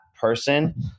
person